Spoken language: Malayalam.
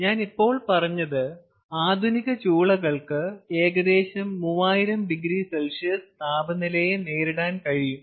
ഞാൻ ഇപ്പോൾ പറഞ്ഞത് ആധുനിക ചൂളകൾക്ക് ഏകദേശം 3000oC താപനിലയെ നേരിടാൻ കഴിയും